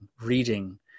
reading